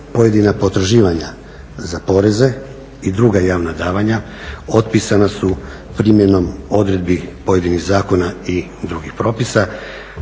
pojedina potraživanja za poreze i druga javna davanja otpisana su primjenom odredbi pojedinih zakona i drugih propisa,